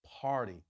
party